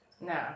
No